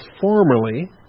formerly